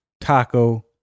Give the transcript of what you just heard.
Taco